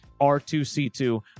R2C2